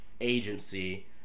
agency